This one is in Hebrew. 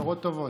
בשורות טובות.